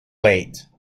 late